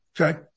Okay